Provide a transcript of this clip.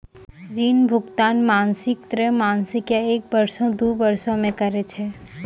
ऋण भुगतान मासिक, त्रैमासिक, या एक बरसो, दु बरसो मे करै छै